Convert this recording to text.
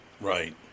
Right